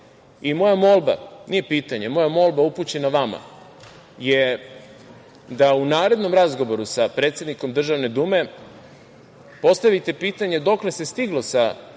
i moja molba, nije pitanje, moja molba upućena vama je da u narednom razgovoru sa predsednikom Državne Dume postavite pitanje dokle se stiglo sa